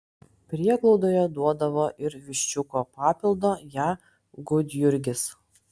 prieglaudoje duodavo ir viščiuko papildo ją gudjurgis